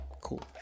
cool